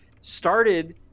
started